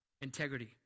integrity